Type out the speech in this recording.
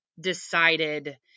decided